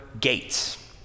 gates